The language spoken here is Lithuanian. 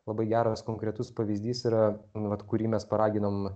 labai geras konkretus pavyzdys yra nu vat kurį mes paraginom